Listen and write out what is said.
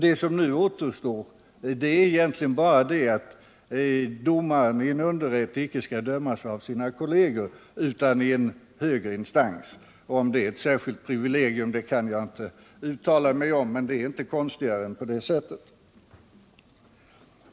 Det som nu återstår är egentligen bara att domare i underrätt inte skall dömas av sina kolleger utan i en högre instans. Om detta är ett särskilt privilegium vill jag inte uttala mig om, men det är inte konstigare än så.